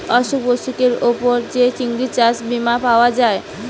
অসুখ বিসুখের উপর যে চিকিৎসার বীমা পাওয়া যায়